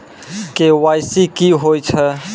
KYC की होय छै?